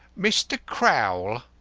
mr. crowl,